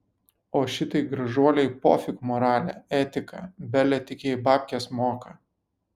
o šitai gražuolei pofik moralė etika bele tik jai babkes moka